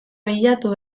bilatu